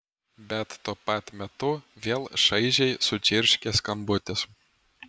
bet tuo pat metu vėl šaižiai sučirškė skambutis